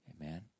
Amen